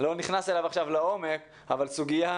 אני לא נכנס אליו עכשיו לעומק אבל סוגיה